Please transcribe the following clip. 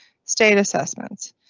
state assessments,